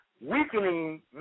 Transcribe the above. Weakening